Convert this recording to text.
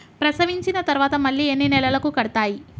ప్రసవించిన తర్వాత మళ్ళీ ఎన్ని నెలలకు కడతాయి?